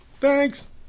Thanks